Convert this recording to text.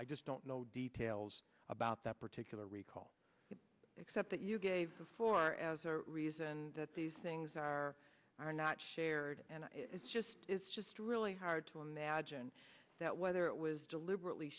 i just don't know details about that particular recall except that you gave before as a reason that these things are are not shared and it's just it's just really hard to imagine that whether it was deliberately